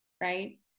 right